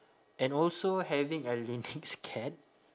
and also having a lynx cat